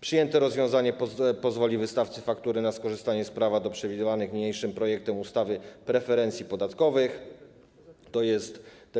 Przyjęte rozwiązanie pozwoli wystawcy faktury na skorzystanie z prawa do przewidzianych w niniejszym projekcie ustawy preferencji podatkowych - tj.